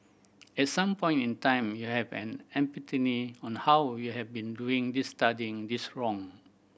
at some point in time you have an epiphany on how you have been doing this studying this wrong